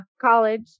college